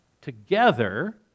Together